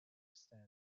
stanley